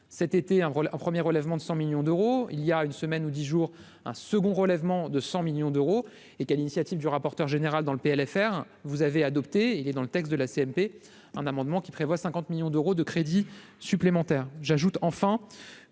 cet été un en 1er relèvement de 100 millions d'euros il y a une semaine ou 10 jours, un second relèvement de 100 millions d'euros et qu'à l'initiative du rapporteur général dans le PLFR vous avez adopté, il est dans le texte de la CMP, un amendement qui prévoit 50 millions d'euros de crédits supplémentaires, j'ajoute enfin